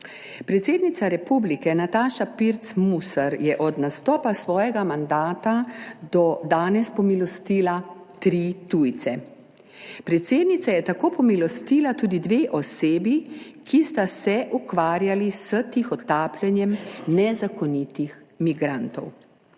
Predsednica republike Nataša Pirc Musar, je od nastopa svojega mandata do danes pomilostila tri tujce. Predsednica je tako pomilostila tudi dve osebi, ki sta se ukvarjali s tihotapljenjem nezakonitih migrantov.